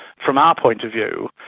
from our point of view,